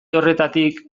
horretatik